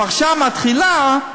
הפרשה מתחילה: